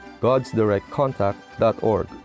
godsdirectcontact.org